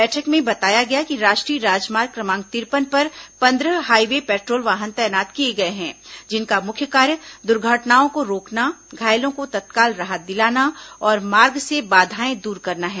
बैठक में बताया गया कि राष्ट्रीय राजमार्ग क्रमांक तिरपन पर पंद्रह हाईवे पेट्रोल वाहन तैनात किए गए हैं जिनका मुख्य कार्य दुर्घटनाओं को रोकना घायलों को तत्काल राहत दिलाना और मार्ग से बाधाएं दूर करना है